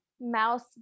mouse